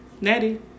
Natty